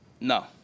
No